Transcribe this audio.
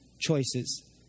choices